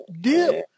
dip